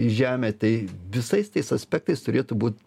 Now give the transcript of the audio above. į žemę tai visais tais aspektais turėtų būt